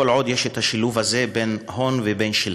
כל עוד יש שילוב בין הון ובין שלטון.